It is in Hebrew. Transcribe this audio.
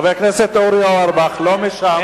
חבר הכנסת אורי אורבך, לא משם.